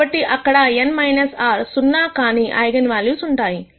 కాబట్టి అక్కడ n r సున్నా కాని ఐగన్ వాల్యూస్ ఉంటాయి